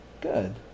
Good